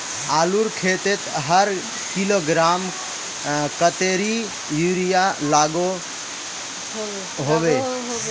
आलूर खेतीत हर किलोग्राम कतेरी यूरिया लागोहो होबे?